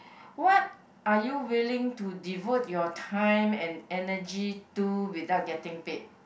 what are you willing to devote your time and energy to without getting paid